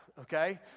Okay